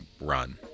run